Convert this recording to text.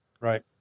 Right